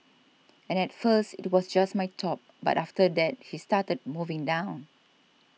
and at first it was just my top but after that he started moving down